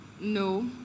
No